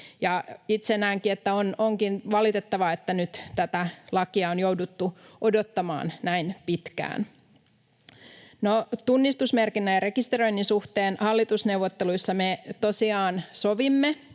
Itse näenkin, että onkin valitettavaa, että nyt tätä lakia on jouduttu odottamaan näin pitkään. Tunnistusmerkinnän ja rekisteröinnin suhteen hallitusneuvotteluissa me tosiaan sovimme,